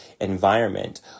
environment